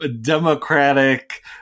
Democratic